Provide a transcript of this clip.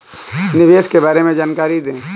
निवेश के बारे में जानकारी दें?